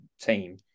team